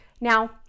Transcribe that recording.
now